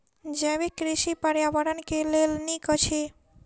जैविक कृषि पर्यावरण के लेल नीक अछि